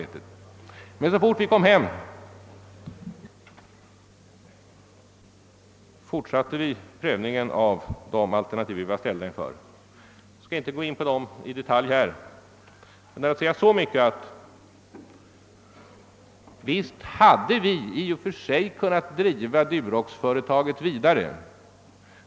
Men vi fortsatte sedan omedelbart prövningen av de alternativ vi ställts inför. Jag skall inte i detalj gå in på dem i detta sammanhang, men så mycket kan jag säga att det i och för sig hade varit möjligt att driva Duroxföretaget vidare.